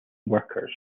workers